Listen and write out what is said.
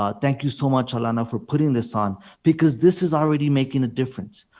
ah thank you so much, alanna, for putting this on because this is already making a difference.